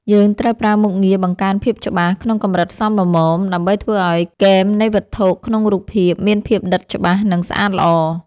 យើងត្រូវប្រើមុខងារ បង្កើនភាពច្បាស់ ក្នុងកម្រិតសមល្មមដើម្បីធ្វើឱ្យគែមនៃវត្ថុក្នុងរូបភាពមានភាពដិតច្បាស់ និងស្អាតល្អ។